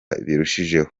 birushijeho